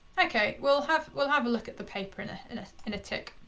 okay, we'll have we'll have a look at the paper in ah in ah and a tick.